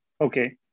Okay